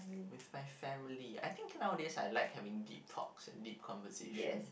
with my family I think nowadays I like having deep talks and deep conversation